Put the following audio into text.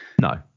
No